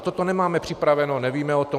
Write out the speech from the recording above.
Toto nemáme připraveno, nevíme o tom.